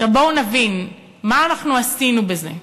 עכשיו, בואו נבין מה אנחנו עשינו בזה.